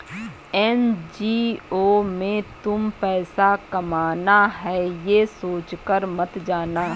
NGO में तुम पैसा कमाना है, ये सोचकर मत जाना